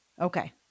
Okay